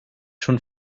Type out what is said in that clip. schon